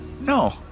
no